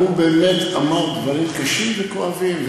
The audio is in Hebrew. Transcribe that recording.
הוא באמת אמר דברים קשים וכואבים,